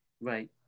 Right